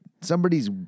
somebody's